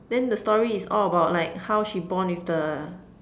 then the story is all about like how she bond with the